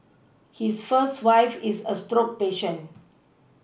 his first wife is a stroke patient